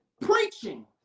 Preaching